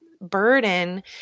burden